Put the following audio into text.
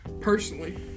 personally